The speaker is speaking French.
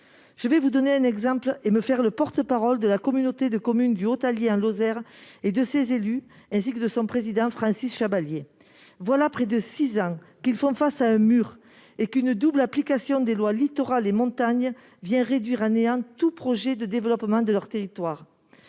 Je veux vous en donner un exemple en me faisant le porte-parole de la communauté de communes du Haut Allier, en Lozère, de ses élus et de son président, Francis Chabalier. Voilà près de six ans qu'ils se trouvent face à un mur : une double application des lois Littoral et Montagne vient réduire à néant tout projet de développement de leur territoire.